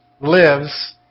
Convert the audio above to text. lives